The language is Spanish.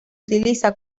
utiliza